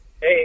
Hey